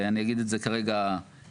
אני אגיד את זה כרגע טלגרפית.